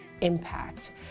impact